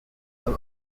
all